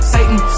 Satan